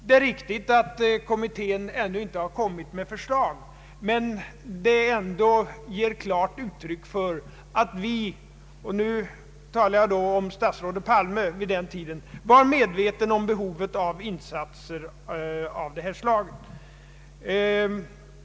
Det är riktigt att kommittén ännu inte kommit med förslag, men direktiven ger ändå klart uttryck för att vi — och nu talar jag om statsrådet Palme vid den tiden — var medvetna om behovet av insatser av detta slag.